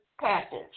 package